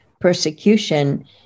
persecution